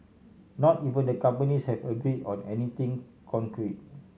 not even the companies have agree on anything concrete